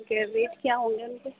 okay rate کیا ہوں گے ان کے